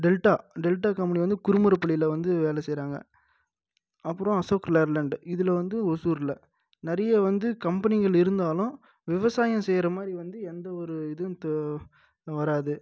delta Delta company வந்து குறுமுறுப்புளியில் வந்து வேலை செய்கிறாங்க அப்புறம் அசோக் லேர்லேண்ட் இதில் வந்து ஒசூரில் நிறைய வந்து கம்பெனிகள் இருந்தாலும் விவசாயம் செய்கிற மாதிரி வந்து எந்த ஒரு இதுவும் தோ வராது